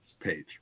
page